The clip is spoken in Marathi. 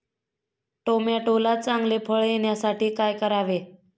टोमॅटोला चांगले फळ येण्यासाठी काय करावे?